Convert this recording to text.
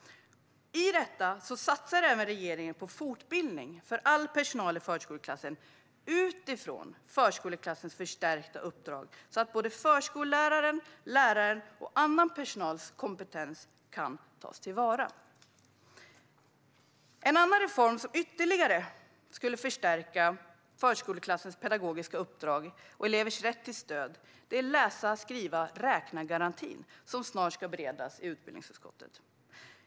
Regeringen satsar även på fortbildning för all personal i förskoleklassen utifrån förskoleklassens förstärkta uppdrag så att både förskollärares, lärares och annan personals kompetens tas till vara. En annan reform som ytterligare skulle stärka förskoleklassens pedagogiska uppdrag och elevers rätt till stöd är läsa-skriva-räkna-garantin, som snart ska beredas i utbildningsutskottet.